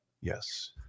Yes